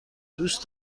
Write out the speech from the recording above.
دوست